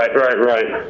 right, right, right.